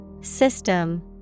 System